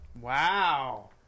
Wow